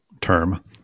term